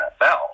NFL